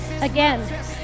again